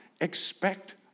Expect